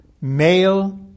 Male